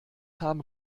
haben